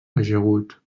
ajagut